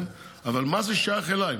אבל מה זה שייך אליי?